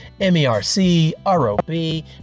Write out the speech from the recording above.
m-e-r-c-r-o-b